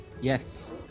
yes